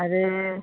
अरे ए